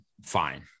fine